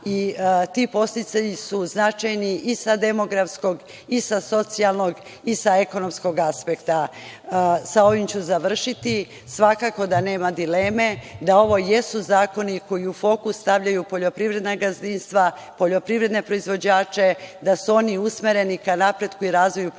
i ti podsticaji su značajni i sa demografskog i sa socijalnog i sa ekonomskog aspekta. Sa ovim ću završiti. Svakako da nema dileme da ovo jesu zakoni koji u fokus stavljaju poljoprivredna gazdinstva, poljoprivredne proizvođače, da su oni usmereni ka napretku i razvoju poljoprivrede,